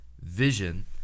vision